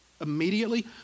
Immediately